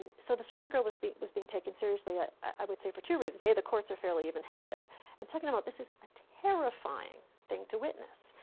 so the servant girl was being was being taken seriously i would say for two reasons a, the courts are fairly evenhanded and, second of all, this is a terrifying thing to witness.